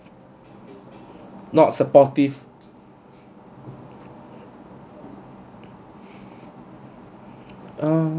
not supportive um